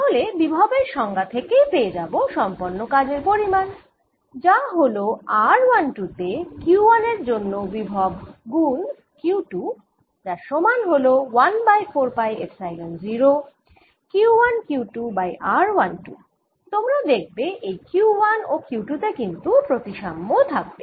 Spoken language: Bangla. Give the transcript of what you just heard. তাহলে বিভবের সংজ্ঞা থেকেই পেয়ে যাব সম্পন্ন কাজের পরিমাণ যা হল r12 তে Q1 এর জন্য বিভব গুণ Q2 যার সমান হল 1 by 4 pi epsilon 0 Q1Q2 by r12 তোমরা দেখবে এই Q1 ও Q2 তে কিন্তু প্রতিসাম্য থাকবে